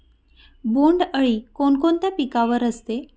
बोंडअळी कोणकोणत्या पिकावर असते?